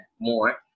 more